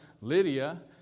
Lydia